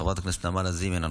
חבר הכנסת ולדימיר בליאק,